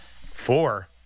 Four